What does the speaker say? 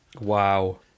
wow